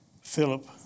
Philip